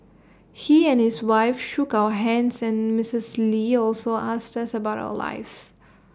he and his wife shook our hands and misses lee also asked us about our lives